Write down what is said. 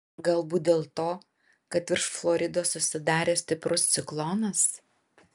galbūt dėl to kad virš floridos susidaręs stiprus ciklonas